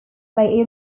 play